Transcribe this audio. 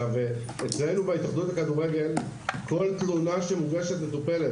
אצלנו בהתאחדות לכדורגל כל תלונה שמוגשת, מטופלת.